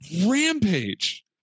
rampage